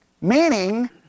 Meaning